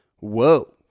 Whoa